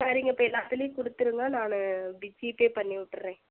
சரிங்க இப்போ எல்லாத்துலையும் கொடுத்துருங்க நான் ஜிபே பண்ணிவிட்டுறேன்